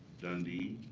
dundee?